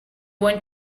want